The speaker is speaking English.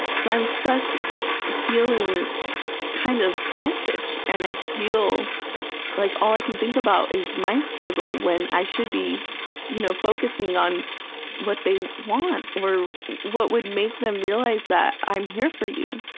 so i'm stuck feeling kind of selfish, and i feel like all i can think about is my struggle when i should be you know focusing on what they want, or would make them realize that, i'm here for you.